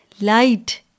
light